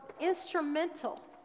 instrumental